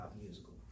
musical